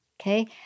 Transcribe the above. Okay